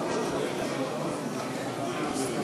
הצעת חוק לתיקון פקודת העיריות (הוראת שעה)